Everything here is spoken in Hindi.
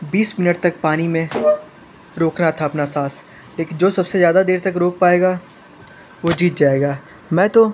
बीस मिनट तक पानी में रोकना था अपना साँस लेक जो सबसे ज़्यादा देर तक रोक पाएगा वो जीत जाएगा मैं तो